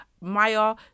maya